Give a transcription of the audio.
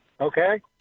okay